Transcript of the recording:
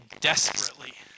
desperately